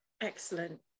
Excellent